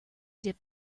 dip